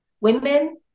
women